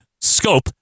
scope